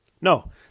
No